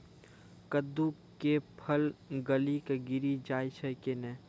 कददु के फल गली कऽ गिरी जाय छै कैने?